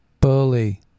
bully